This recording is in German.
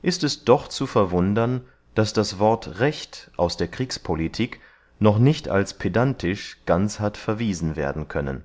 ist es doch zu verwundern daß das wort recht aus der kriegspolitik noch nicht als pedantisch ganz hat verwiesen werden können